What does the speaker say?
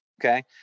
Okay